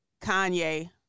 kanye